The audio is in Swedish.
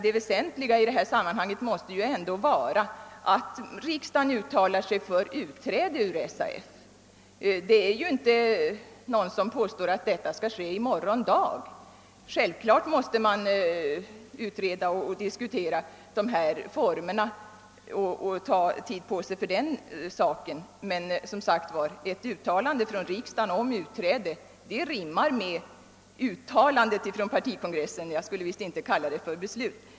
Det väsentliga i sammanhanget måste ändå vara att riksdagen uttalar sig för ett utträde ur SAF. Ingen påstår att detta skall ske i morgon. Självklart måste man utreda och diskutera formerna och ta tid på sig. Men ett uttalande från riksdagen om utträde rimmar med partikongressens uttalande — jag skall inte kalla det ett beslut.